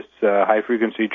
high-frequency